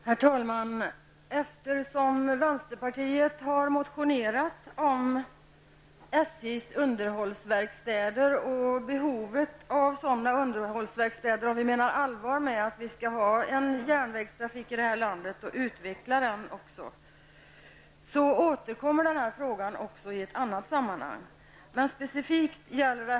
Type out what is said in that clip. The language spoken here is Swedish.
Herr talman! Eftersom vänsterpartiet har motionerat om SJs underhållsverkstäder och behovet av sådana samt då vi menar allvar med att det skall finnas järnvägstrafik i landet som också utvecklas, så återkommer vi i denna fråga även i ett annat sammanhang.